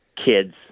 kids